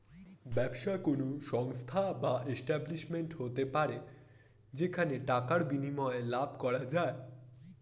ব্যবসা কোন সংস্থা বা এস্টাব্লিশমেন্ট হতে পারে যেখানে টাকার বিনিময়ে লাভ করা যায়